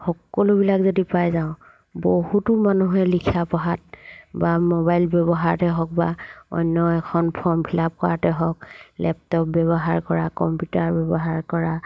সকলোবিলাক যদি পাই যাওঁ বহুতো মানুহে লিখা পঢ়াত বা মোবাইল ব্যৱহাৰতে হওক বা অন্য এখন ফৰ্ম ফিলাপ কৰাতে হওক লেপটপ ব্যৱহাৰ কৰা কম্পিউটাৰ ব্যৱহাৰ কৰা